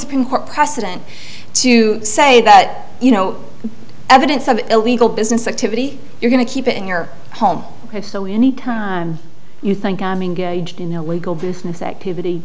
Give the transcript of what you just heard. court precedent to say that you know evidence of illegal business activity you're going to keep it in your home so any time you think i'm engaged in illegal business activity